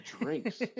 drinks